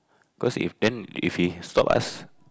cause if then if he stop us